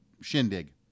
shindig